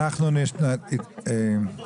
אז תהיה הצבעה, אין מה לעשות.